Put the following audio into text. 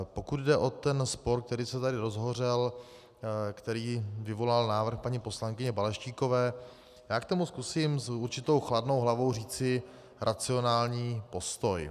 Pokud jde o ten spor, který se tady rozhořel, který vyvolal návrh paní poslankyně Balaštíkové, já k tomu zkusím s určitou chladnou hlavou říci racionální postoj.